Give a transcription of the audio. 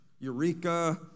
Eureka